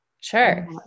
Sure